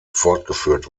fortgeführt